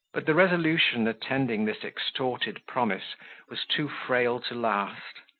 but the resolution attending this extorted promise was too frail to last,